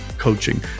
coaching